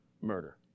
murder